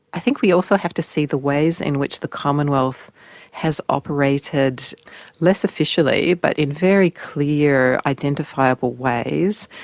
i think we also have to see the ways in which the commonwealth has operated less officially but in very clear, identifiable ways.